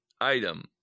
item